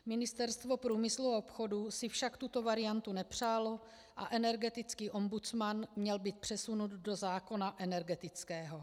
Ministerstvo průmyslu a obchodu si však tuto variantu nepřálo a energetický ombudsman měl být přesunut do zákona energetického.